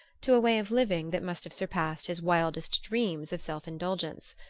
to a way of living that must have surpassed his wildest dreams of self-indulgence.